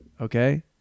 Okay